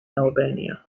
albania